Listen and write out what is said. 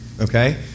okay